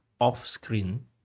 off-screen